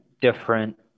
different